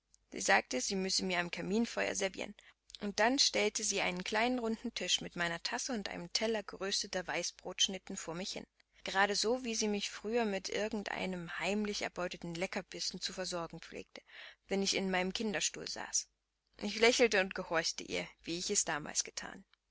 sagte sie müsse mir am kaminfeuer servieren und dann stellte sie einen kleinen runden tisch mit meiner tasse und einem teller gerösteter weißbrotschnitten vor mich hin gerade so wie sie mich früher mit irgend einem heimlich erbeuteten leckerbissen zu versorgen pflegte wenn ich in meinem kinderstuhl saß ich lächelte und gehorchte ihr wie ich es damals gethan